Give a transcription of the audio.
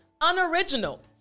unoriginal